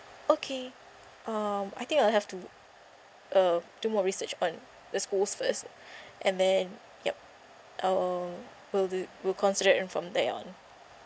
okay um I think I'll have to uh do more research on the schools first and then yup I will we'll do we'll consider in from there on